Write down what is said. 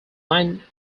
nine